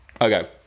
Okay